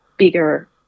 bigger